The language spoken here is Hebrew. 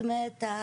זאת אומרת,